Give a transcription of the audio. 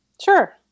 sure